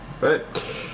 Right